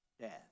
death